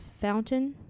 fountain